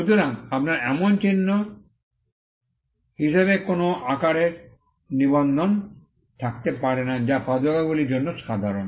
সুতরাং আপনার এমন চিহ্ন হিসাবে কোনও আকারের নিবন্ধকরণ থাকতে পারে না যা পাদুকাগুলির জন্য সাধারণ